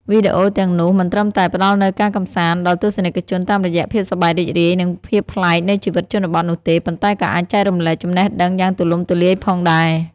វីដេអូទាំងនោះមិនត្រឹមតែ ផ្តល់នូវការកម្សាន្ត ដល់ទស្សនិកជនតាមរយៈភាពសប្បាយរីករាយ និងភាពប្លែកនៃជីវិតជនបទនោះទេ ប៉ុន្តែក៏អាចចែករំលែកចំណេះដឹងយ៉ាងទូលំទូលាយផងដែរ។